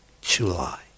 July